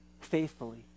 faithfully